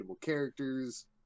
characters